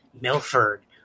Milford